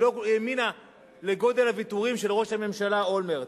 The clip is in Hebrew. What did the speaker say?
היא לא האמינה לגודל הוויתורים של ראש הממשלה אולמרט.